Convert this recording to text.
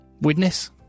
Witness